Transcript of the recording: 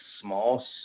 small